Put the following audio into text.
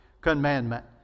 commandment